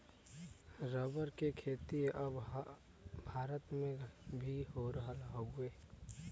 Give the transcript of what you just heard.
rubber के खेती अब भारत में भी हो रहल हउवे